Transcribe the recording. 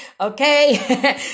okay